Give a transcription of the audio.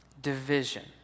division